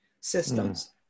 systems